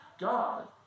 God